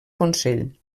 consell